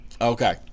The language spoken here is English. Okay